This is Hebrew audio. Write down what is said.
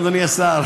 שלום, אדוני השר.